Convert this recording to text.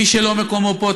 מי שמקומו לא פה,